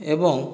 ଏବଂ